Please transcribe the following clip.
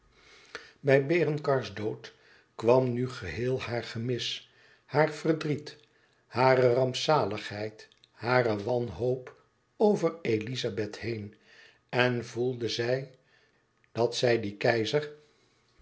bij berengars dood kwam nù geheel haar gemis haar verdriet hare rampzaligheid hare wanhoop over elizabeth heen en voelde zij dat zij dien keizer